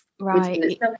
Right